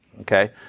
Okay